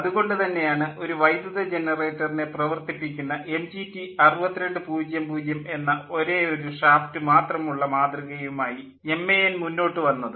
അതു കൊണ്ടു തന്നെയാണ് ഒരു വൈദ്യുത ജനറേറ്ററിനെ പ്രവർത്തിപ്പിക്കുന്ന എം ജി റ്റി 6200 എന്ന ഒറ്റയൊരു ഷാഫ്റ്റ് മാത്രമുള്ള മാതൃകയുമായി എം എ എൻ മുന്നോട്ടു വന്നത്